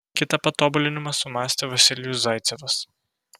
kitą patobulinimą sumąstė vasilijus zaicevas